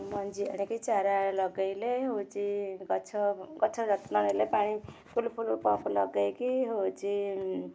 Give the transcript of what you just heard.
ମଞ୍ଜି ଆଣିକି ଚାରା ଲଗାଇଲେ ହେଉଛି ଗଛ ଗଛ ଯତ୍ନ ନେଲେ ପାଣି ଫୁଲ ଫୁଲ ପମ୍ପ ଲଗାଇକି ହେଉଛି